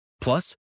Plus